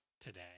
today